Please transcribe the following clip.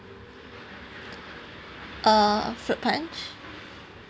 uh fruit punch